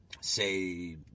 say